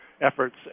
efforts